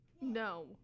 No